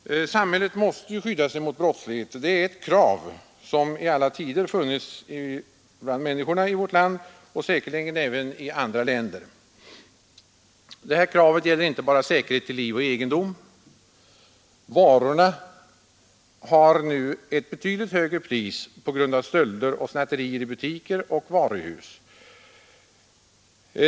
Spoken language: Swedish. Samhället måste ju skydda sig mot brottslighet — det är ett krav som i alla tider har funnits bland människorna i vårt land och säkerligen även i andra länder. Det kravet gäller inte bara säkerhet till liv och egendom. Varorna har nu ett betydligt högre pris än tidigare på grund av stölder och snatterier i butiker och varuhus.